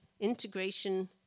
integration